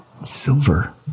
Silver